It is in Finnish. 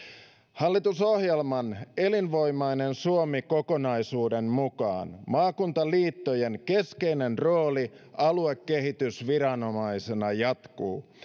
hallitusohjelman elinvoimainen suomi kokonaisuuden mukaan maakuntaliittojen keskeinen rooli aluekehitysviranomaisena jatkuu